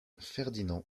ferdinand